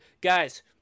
Guys